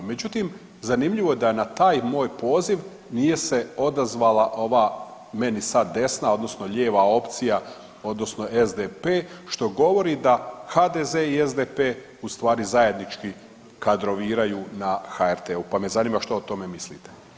Međutim, zanimljivo da je na taj moj poziv nije se odazvala ova meni sad desna odnosno lijeva opcija odnosno SDP što govori da HDZ i SDP ustvari zajednički kadroviraju na HRT-u pa me zanima što o tome mislite.